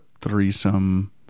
threesome